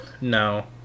no